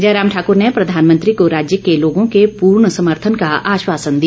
जयराम ठाकर ने प्रधानमंत्री को राज्य के लोगों के पूर्ण समर्थन का आश्वासन दिया